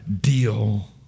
deal